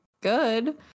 good